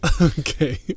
Okay